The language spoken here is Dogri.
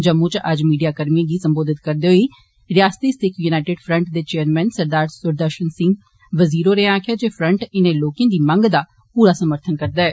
जम्मू च अज्ज मीडिया कर्मिएं गी सम्बोधित करदे होई रिआसती सिक्ख युनाईटिड फ्रंट दे चेयरमैन सरदार सुदर्षन सिंह वजीर होरें आक्खेआ जे फ्रंट इनें लोकें दी मंग दा पूरा समर्थन करदी ऐ